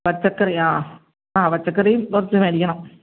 പച്ചക്കറി ആ ആ പച്ചക്കറിയും കുറച്ച് മേടിക്കണം